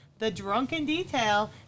thedrunkendetail